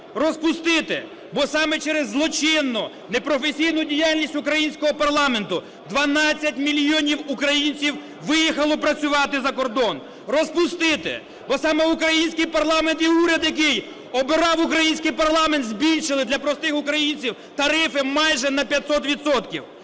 Розпустити, бо саме через злочинну, непрофесійну діяльність українського парламенту 12 мільйонів українців виїхало працювати за кордон. Розпустити, бо саме український парламент і уряд, який обирав український парламент, збільшили для простих українців тарифи майже на 500